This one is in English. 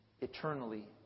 eternally